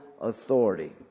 authority